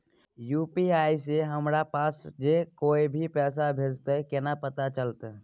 UPI से हमरा पास जे कोय भी पैसा भेजतय केना पता चलते?